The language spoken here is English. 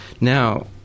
Now